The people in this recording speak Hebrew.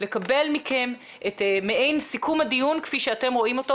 לקבל מכם מעין סיכום של הדיון כפי שאתם רואים אותו